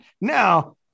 now